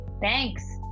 Thanks